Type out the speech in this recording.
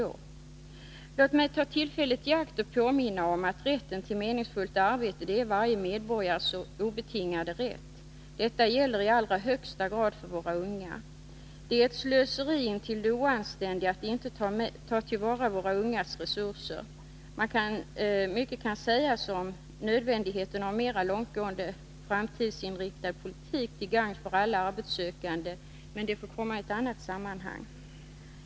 Låt mig ta tillfället i akt och påminna om att varje medborgares obetingade rätt är att ha ett meningsfullt arbete. Detta gäller i allra högsta grad för våra unga. Det är slöseri intill det oanständiga att inte ta till vara våra ungas resurser. Mycket kan sägas om nödvändigheten av en mer långtgående, framtidsinriktad politik till gagn för alla arbetssökande, men det får komma i annat sammanhang.